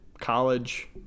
college